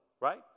right